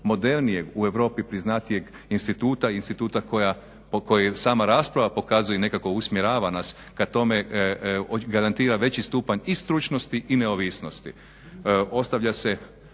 modernijeg u Europi priznatijeg instituta i instituta po kojoj sama rasprava pokazuje i nekako usmjerava nas k tome garantira i veći stupanj i stručnosti i neovisnosti. Ostavlja se